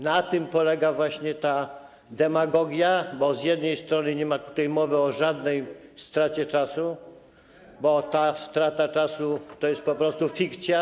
Na tym polega właśnie ta demagogia, bo z jednej strony nie ma tutaj mowy o żadnej stracie czasu, bo ta strata czasu to jest po prostu fikcja.